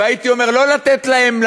והייתי אומר לא לתת להם,